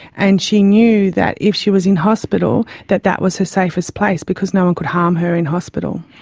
and she knew that if she was in hospital, that that was her safest place because no one could harm her in hospital.